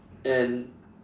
and